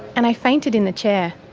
and i fainted in the chair.